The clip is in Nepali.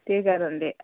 त्यही कारणले